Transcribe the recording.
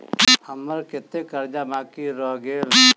हम्मर कत्तेक कर्जा बाकी रहल गेलइ?